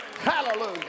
Hallelujah